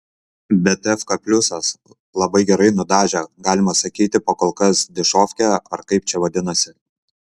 bet efka pliusas labai gerai nudažė galima sakyti pakolkas dišovkė ar kaip čia vadinasi